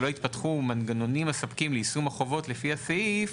שלא יתפתחו מנגנונים מספקים לחובות לפי הסעיף,